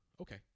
Okay